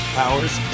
powers